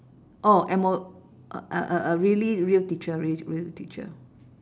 oh M_O~ uh uh uh really real teacher real real teacher